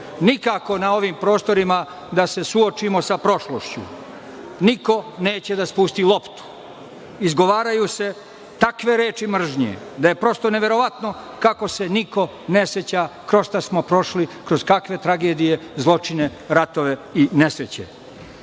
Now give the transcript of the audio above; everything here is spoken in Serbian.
Nikako na ovim prostorima da se suočimo sa prošlošću. Niko neće da spusti loptu. Izgovaraju se takve reči mržnje da je prosto neverovatno kako se niko ne seća kroz šta smo prošli, kroz kakve tragedije, zločine, ratove i nesreće. Često